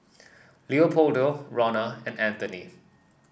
Leopoldo Ronna and Anthoney